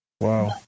Wow